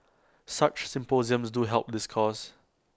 such symposiums do help this cause